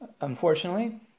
Unfortunately